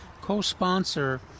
Co-sponsor